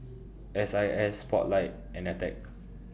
S I S Spotlight and Attack